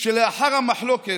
שלאחר המחלוקת,